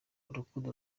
urukundo